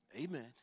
Amen